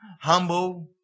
humble